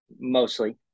mostly